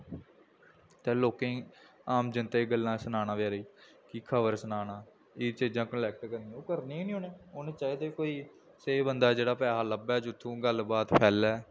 ते लोकें गी आम जनता गी गल्लां सनाना बचैरें गी कि खबर सनाना केईं चीज़ां कलैक्ट करना एह् करना गै निं उन्नै उ'नें चाहिदे कोई स्हेई बंदा जेह्ड़ा पैहा लब्भै जित्थूं गल्लबात फैल्लै